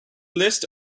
list